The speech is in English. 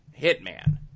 Hitman